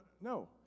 no